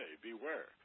beware